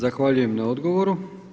Zahvaljujem na odgovoru.